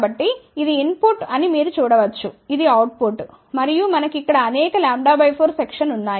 కాబట్టి ఇది input అని మీరు చూడ వచ్చు ఇది అవుట్పుట్ మరియు మనకు ఇక్కడ అనేక λ 4 సెక్షన్స్ ఉన్నాయి